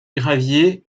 gravier